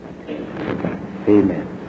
Amen